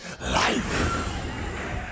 life